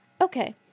Okay